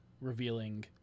revealing